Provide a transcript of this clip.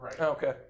Okay